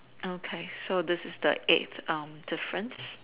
okay so this is the eighth um difference